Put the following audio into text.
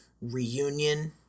reunion